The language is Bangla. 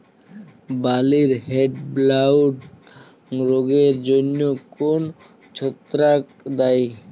বার্লির হেডব্লাইট রোগের জন্য কোন ছত্রাক দায়ী?